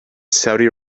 saudi